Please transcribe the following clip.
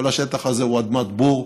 כל השטח הזה הוא אדמת בור.